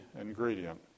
ingredient